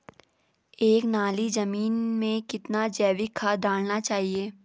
एक नाली जमीन में कितना जैविक खाद डालना चाहिए?